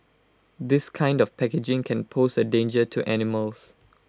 this kind of packaging can pose A danger to animals